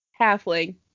halfling